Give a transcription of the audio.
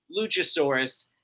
Luchasaurus